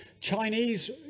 Chinese